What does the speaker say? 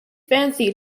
fancy